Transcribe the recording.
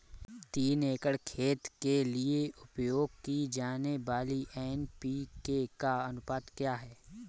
तीन एकड़ खेत के लिए उपयोग की जाने वाली एन.पी.के का अनुपात क्या है?